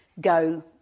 go